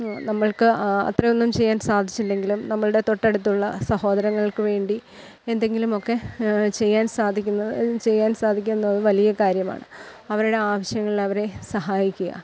നമ്മൾക്ക് അത്രയൊന്നും ചെയ്യാൻ സാധിച്ചില്ലെങ്കിലും നമ്മളുടെ തൊട്ടടുത്ത സഹോദരങ്ങൾക്ക് വേണ്ടി എന്തെങ്കിലും ഒക്കെ ചെയ്യാൻ സാധിക്കുന്നത് ചെയ്യാൻ സാധിക്കുമെന്നത് വലിയ കാര്യമാണ് അവരുടെ ആവശ്യങ്ങൾ അവരെ സഹായിക്കുക